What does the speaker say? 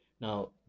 Now